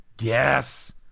Yes